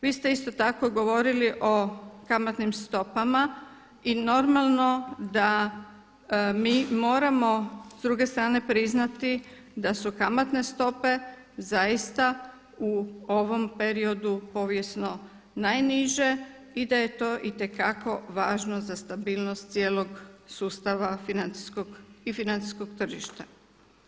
Vi ste isto tako govorili o kamatnim stopama i normalno da mi moramo s druge strane priznati da su kamatne stope zaista u ovom periodu povijesno najniže i da je to itekako važno za stabilnost cijelog sustava financijskog i financijskog tržišta.